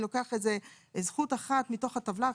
אני לוקח איזה זכות אחת מתוך הטבלה.